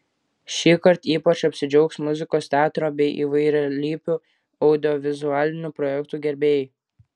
šįkart ypač apsidžiaugs muzikos teatro bei įvairialypių audiovizualinių projektų gerbėjai